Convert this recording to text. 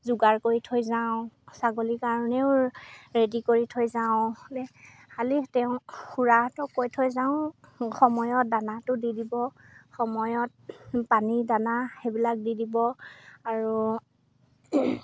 যোগাৰ কৰি থৈ যাওঁ ছাগলীৰ কাৰণেও ৰেডি কৰি থৈ যাওঁ খালী তেওঁ খুৰাহঁতক কৈ থৈ যাওঁ সময়ত দানাটো দি দিব সময়ত পানী দানা সেইবিলাক দি দিব আৰু